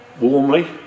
warmly